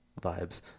vibes